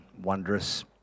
wondrous